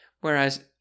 Whereas